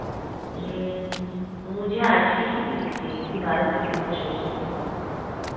मुझे आज की ही टिकट चाहिए थी बारह से तीन का शो चाहिए था